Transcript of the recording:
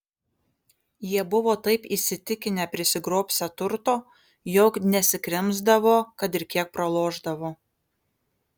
jie buvo taip įsitikinę prisigrobsią turto jog nesikrimsdavo kad ir kiek pralošdavo